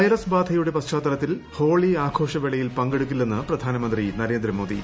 virus ബാധയുടെ പശ്ചാത്ത്ലൂത്തിൽ holy ആഘോഷവേളയിൽ പക്കെടുക്കില്ലെന്ന് പ്രധാനമന്ത്രി നരേന്ദ്രമോദി